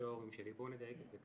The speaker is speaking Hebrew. ובואו נדייק את זה: